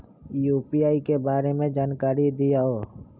UPI के बारे में जानकारी दियौ?